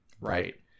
Right